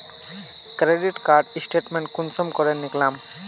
Credit card statement कुंसम करे निकलाम?